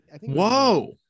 Whoa